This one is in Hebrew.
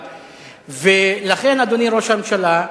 לכן, אדוני ראש הממשלה,